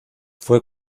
fue